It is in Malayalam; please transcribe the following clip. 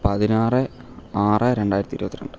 പതിനാറ് ആറ് രണ്ടായിരത്തി ഇരുപത്തി രണ്ട്